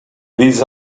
this